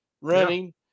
running